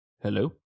Hello